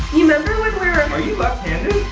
remember when we were, are you left handed?